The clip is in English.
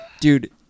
dude